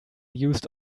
used